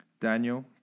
Daniel